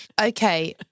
Okay